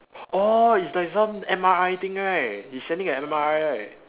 orh it's like some M_R_I thing right he sending a M_R_I right